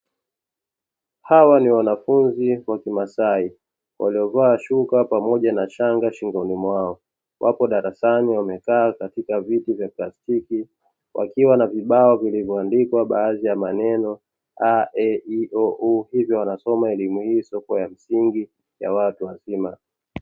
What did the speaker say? Hawa ni wanafunzi wa kimaasai waliovaa shuka pamoja na shanga shingoni mwao, wapo darasani wamekaa katika viti vya plastiki. Wakiwa na vibao vilivoandikwa baadhi ya maneno a,e,i,o,u. Hivyo wanasoma elimu hii isiyo na msingi ya watu wazima.